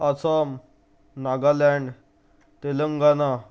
Assam Nagaland Telangana